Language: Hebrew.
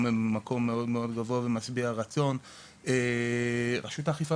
והיום הם במקום מאוד-מאוד גבוה ומשביע רצון; רשות האכיפה